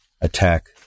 Attack